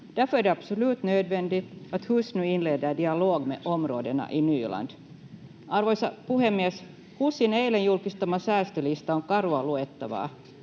Arvoisa puhemies! HUSin eilen julkistama säästölista on karua luettavaa.